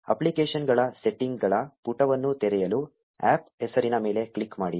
ಅಪ್ಲಿಕೇಶನ್ಗಳ ಸೆಟ್ಟಿಂಗ್ಗಳ ಪುಟವನ್ನು ತೆರೆಯಲು APP ಹೆಸರಿನ ಮೇಲೆ ಕ್ಲಿಕ್ ಮಾಡಿ